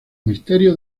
misterio